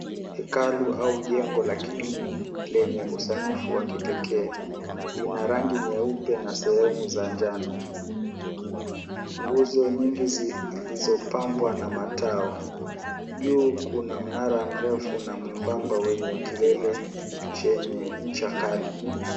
Hekalu au jengo la kidini lenye usanifu wa kipekee lina rangi nyeupe na sehemu za njano, nguzo nyingi zilizopambwa na matao. Juu kuna mnara mrefu na mwembamba wenye kilele chenye ncha kali.